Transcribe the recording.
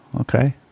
okay